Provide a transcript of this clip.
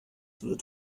wird